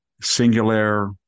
Singular